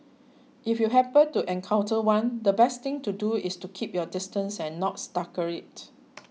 if you happen to encounter one the best thing to do is to keep your distance and not startle it